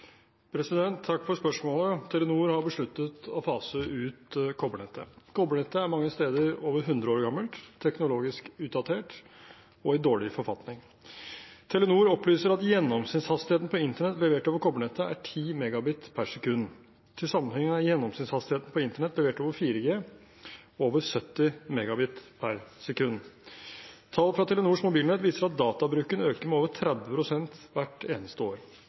Takk for spørsmålet. Telenor har besluttet å fase ut kobbernettet. Kobbernettet er mange steder over 100 år gammelt, teknologisk utdatert og i dårlig forfatning. Telenor opplyser at gjennomsnittshastigheten på internett levert over kobbernettet er 10 Mbit/s. Til sammenligning er gjennomsnittshastigheten på internett levert over 4G over 70 Mbit/s. Tall fra Telenors mobilnett viser at databruken øker med over 30 pst. hvert eneste år.